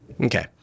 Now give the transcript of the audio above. Okay